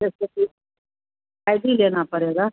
एक ठो फिर आई डी लेना पड़ेगा